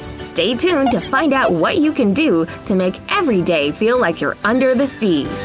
stay tuned to find out what you can do to make every day feel like you're under the sea